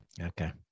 Okay